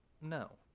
no